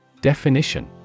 Definition